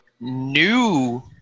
new